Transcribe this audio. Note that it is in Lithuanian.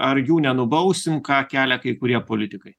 ar jų nenubausim ką kelia kai kurie politikai